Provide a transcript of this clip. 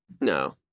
No